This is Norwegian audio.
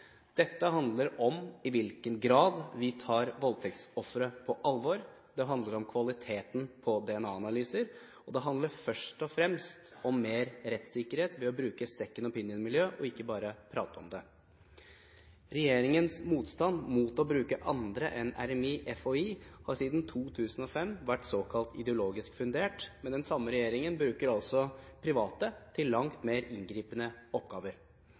Dette handler om i hvilken grad vi tar voldtektsofre på alvor, det handler om kvaliteten på DNA-analyser, og det handler først og fremst om mer rettssikkerhet ved å bruke «second opinion»-miljø – ikke bare prate om det. Regjeringens motstand mot å bruke andre enn RMI og FHI – Rettsmedisinsk institutt og Folkehelseinstituttet – har siden 2005 vært såkalt ideologisk fundert. Men den samme regjeringen bruker altså private til langt mer inngripende oppgaver.